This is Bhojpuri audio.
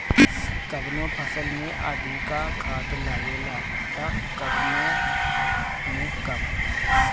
कवनो फसल में अधिका खाद लागेला त कवनो में कम